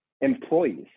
employees